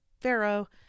Pharaoh